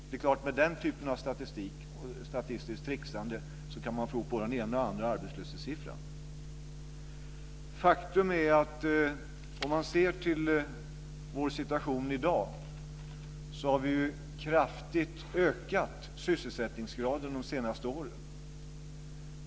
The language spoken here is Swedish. Det är klart att med den typen av statistiskt tricksande kan man få ihop både den ena och andra arbetslöshetssiffran. Faktum är att vi, om vi ser till vår situation i dag, kraftigt har ökat sysselsättningsgraden de senaste åren.